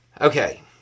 Okay